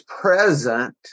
present